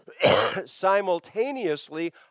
simultaneously